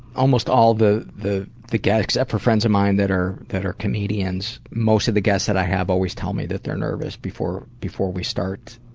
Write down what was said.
almost all the the guests except for friends of mine that are that are comedians, most of the guests that i have always tell me that they're nervous before before we start.